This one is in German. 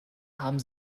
haben